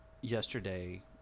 yesterday